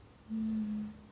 mm